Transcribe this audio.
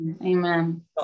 Amen